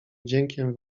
wdziękiem